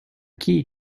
key